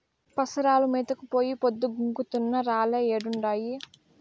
పసరాలు మేతకు పోయి పొద్దు గుంకుతున్నా రాలే ఏడుండాయో